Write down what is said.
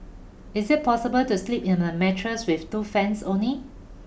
is it possible to sleep in a mattress with two fans only